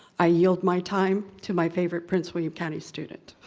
i yield my time to my favorite prince william county student.